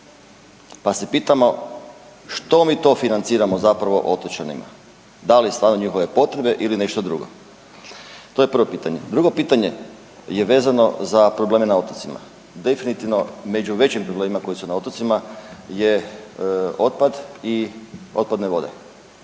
Pa se pitamo što mi to financiramo zapravo otočanima? Da li stvarno njihove potrebe ili nešto drugo. To je prvo pitanje. Drugo pitanje je vezano za probleme na otocima. Definitivno među većim problemima koji su na otocima je otpad i otpadne vode.